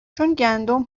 گندم